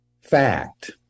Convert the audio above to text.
fact